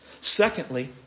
Secondly